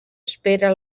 espera